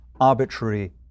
arbitrary